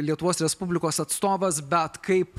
lietuvos respublikos atstovas bet kaip